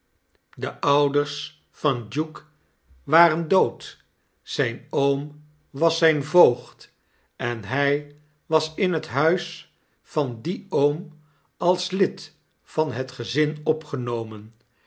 de ouders van duke waren dood zyn oom was zyn voogd en hy was in het huis van dien oom als lid van het gezin opgenomen